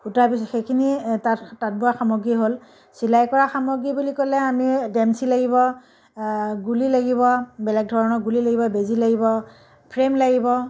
সূতা সেইখিনি তাঁত তাঁত বোৱা সামগ্ৰী হ'ল চিলাই কৰা সামগ্ৰী বুলি ক'লে আমি ডেমছী লাগিব গুলী লাগিব বেলেগ ধৰণৰ গুলী লাগিব বেজী লাগিব ফ্ৰেম লাগিব